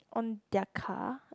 on their car